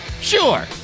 Sure